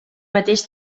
mateix